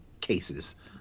cases